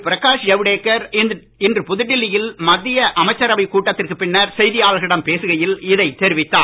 பிரகாஷ் ஜவுடேகர் இன்று புதுடில்லி யில் மத்திய அமைச்சர்கள் கூட்டத்திற்குப் பின்னர் செய்தியாளர்களிடம் பேசுகையில் இதைத் தெரிவித்தார்